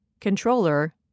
Controller